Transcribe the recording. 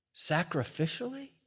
sacrificially